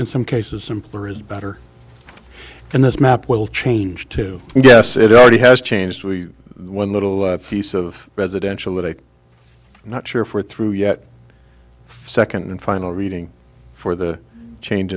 in some cases simpler is better and this map will change to yes it already has changed we one little piece of presidential that i'm not sure for through yet second and final reading for the change